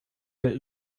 der